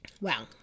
Wow